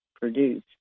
produce